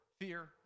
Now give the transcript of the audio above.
fear